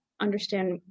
understand